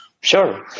Sure